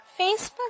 facebook